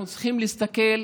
אנחנו צריכים להסתכל,